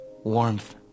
Warmth